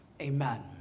Amen